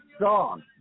song